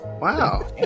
Wow